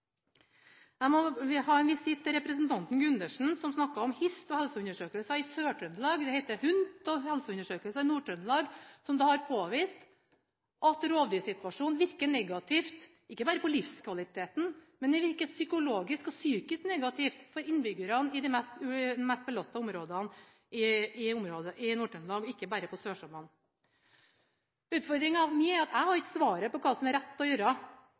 Jeg må ha en visitt til representanten Gundersen, som snakket om HiST og helseundersøkelser i Sør-Trøndelag. Det heter HUNT, og helseundersøkelsene i Nord-Trøndelag har påvist at rovdyrsituasjonen virker negativt, ikke bare på livskvaliteten, men det virker psykisk negativt for innbyggerne i de mest belastede områdene i Nord-Trøndelag – ikke bare på sørsamene. Jeg har ikke svaret på hva som er rett å gjøre,